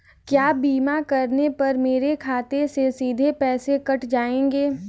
क्या बीमा करने पर मेरे खाते से सीधे पैसे कट जाएंगे?